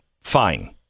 Fine